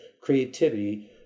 creativity